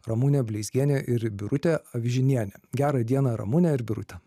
ramunė bleizgienė ir birutė avižinienė gerą dieną ramune ir birute